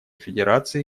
федерации